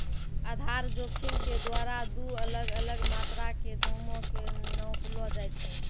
आधार जोखिम के द्वारा दु अलग अलग मात्रा के दामो के नापलो जाय छै